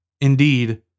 indeed